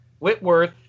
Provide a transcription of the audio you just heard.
Whitworth